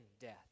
death